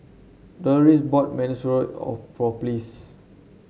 Doloris bought Monsunabe of for Pleas